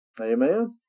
Amen